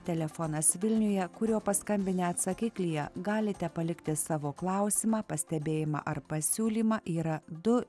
telefonas vilniuje kuriuo paskambinę atsakiklyje galite palikti savo klausimą pastebėjimą ar pasiūlymą yra du